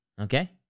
Okay